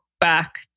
back